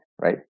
right